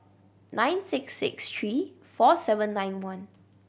nine six six three four seven nine one